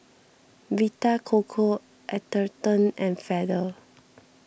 Vita Coco Atherton and Feather